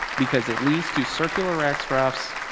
because it leads to circular x roughs,